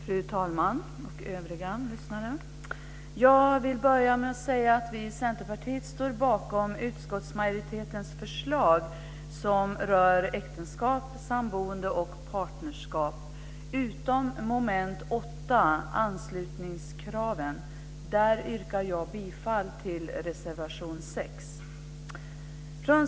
Fru talman och övriga lyssnare! Jag vill börja med att säga att vi i Centerpartiet står bakom utskottsmajoritetens förslag som rör äktenskap, samboende och partnerskap utom när det gäller mom. 8 om anslutningskraven, där jag yrkar bifall till reservation 6.